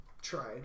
tried